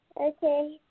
Okay